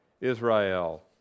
Israel